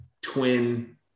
twin